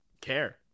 care